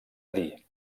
dir